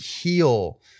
heal